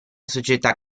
società